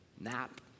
Nap